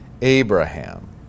Abraham